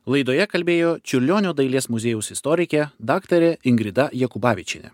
laidoje kalbėjo čiurlionio dailės muziejaus istorikė daktarė ingrida jakubavičienė